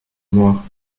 noire